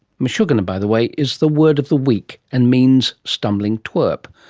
mashugana, by the way, is the word of the week, and means stumbling twerp.